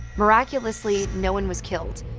miraculously, no one was killed.